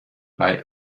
bei